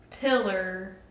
pillar